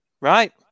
right